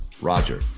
Roger